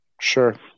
sure